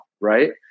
Right